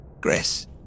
Gris